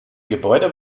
gebäude